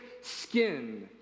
skin